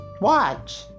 Watch